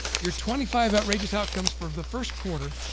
your twenty five outrageous outcomes for the first quarter,